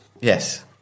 Yes